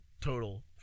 total